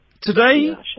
Today